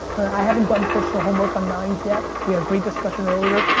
i haven't done personal homework on nines yet. we had a great discussion earlier.